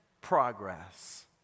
progress